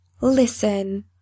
Listen